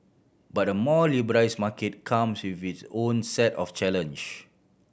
but the more liberalise market comes with its own set of challenge